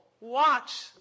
watch